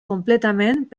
completament